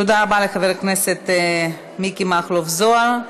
תודה רבה לחבר הכנסת מיקי מכלוף זוהר.